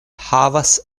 havas